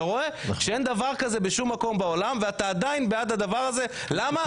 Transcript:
אתה רואה שאין דבר כזה בשום מקום בעולם ואתה עדיין בעד הדבר הזה למה?